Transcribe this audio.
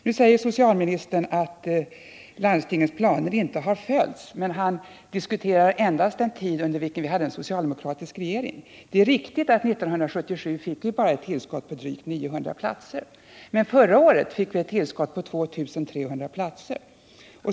Nu säger socialministern att landstingens planer inte har följts, men han diskuterar endast förhållandena under den tid då vi hade en socialdemokratisk regering. Det är riktigt att vi 1977 bara fick ett tillskott på drygt 900 platser, men förra året fick vi ett tillskott på 2 300 platser.